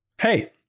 Hey